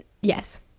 Yes